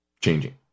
Changing